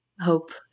hope